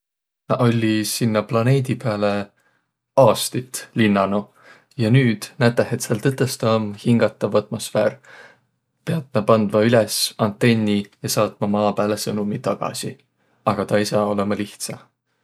Nä olliq sinnäq planeedi pääle aastit linnanuq ja nüüd, näteh, et sääl tõtõstõ om hingätäv atmosfäär, piät nä pandma üles antenni ja saatma Maa pääle sõnomi tagasi. Aga taa ei saaq olõma lihtsä.